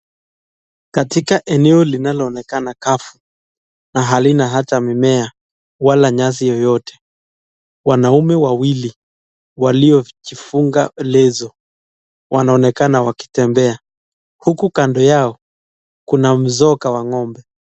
Katika eneo linaloonekana kavu na halina hata mimea wala nyasi yoyote, wanaume wawili waliojifunga leso wanaonekana wakitembea huku kando yao kuna mzoga wa ng’ombe.